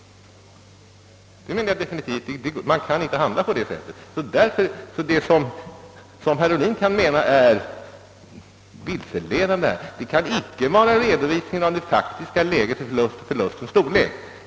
Nej, man kan definitivt inte handla på det sättet. Vad herr Ohlin finner vilseledande kan sålunda inte vara redovisningen av det faktiska läget beträffande förlustens storlek.